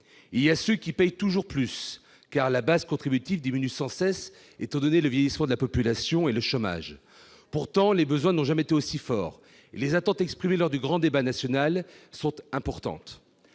: certains paient toujours plus, car la base contributive diminue sans cesse du fait du vieillissement de la population et du chômage. Pourtant, les besoins n'ont jamais été aussi forts. Les attentes exprimées lors du grand débat national sont importantes.